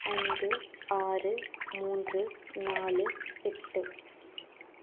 ஐந்து ஆறு மூன்று நாலு எட்டு